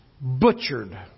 butchered